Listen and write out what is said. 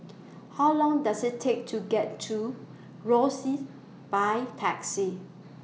How Long Does IT Take to get to Rosyth By Taxi